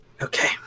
okay